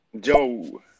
Joe